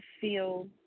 feel